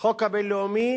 החוק הבין-לאומי